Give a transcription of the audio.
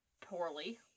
Poorly